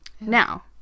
Now